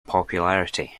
popularity